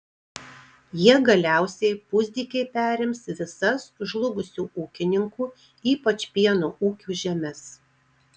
jie galiausiai pusdykiai perims visas žlugusių ūkininkų ypač pieno ūkių žemes